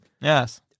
Yes